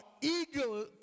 eager